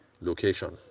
location